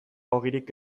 ogirik